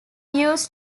used